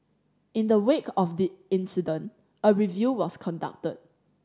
in the wake of the incident a review was conducted